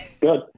good